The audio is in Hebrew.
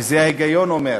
וזה ההיגיון אומר,